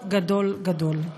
גדול, גדול, גדול.